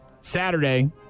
Saturday